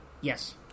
Yes